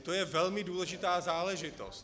To je velmi důležitá záležitost.